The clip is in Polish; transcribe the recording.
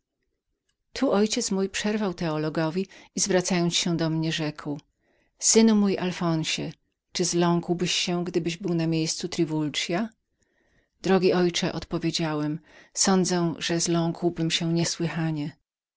tu ojciec mój przerwał teologowi i zwracając się do mnie rzekł synu mój alfonsie czy zląkłbyś się gdybyś był na miejscu triwulda drogi ojcze odpowiedziałem sądzę że zląkłbym się niesłychanie